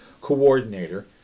coordinator